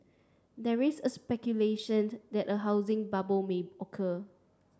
there is speculation that a housing bubble may occur